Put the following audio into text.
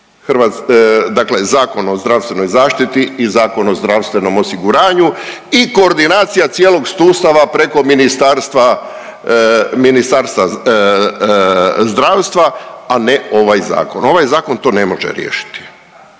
Dakle Zakon o zdravstvenoj zaštiti i Zakon o zdravstvenom osiguranju i koordinacija cijelog sustava preko Ministarstva zdravstva, a ne ovaj Zakon, ovaj Zakon to ne može riješiti.